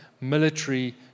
military